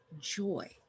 joy